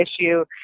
issue